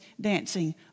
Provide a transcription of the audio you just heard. dancing